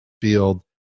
field